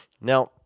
Now